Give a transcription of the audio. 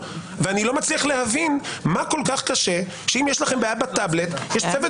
ואני לא מצליח להבין מה כל כך קשה שאם יש בעיה בטבלט יש צוות